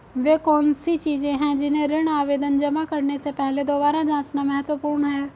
वे कौन सी चीजें हैं जिन्हें ऋण आवेदन जमा करने से पहले दोबारा जांचना महत्वपूर्ण है?